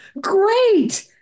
great